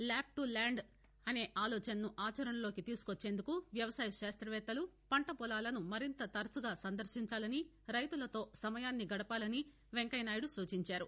lab to land అనే ఆలోచనను ఆచరణలోకి తీసుకువచ్చేందుకు వ్యవసాయ శాస్తవేత్తలు పంటపొలాలను మరింత తరచుగా సందర్శించాలని రైతులతో సమయాన్ని గడపాలని వెంకయ్యనాయుడు సూచించారు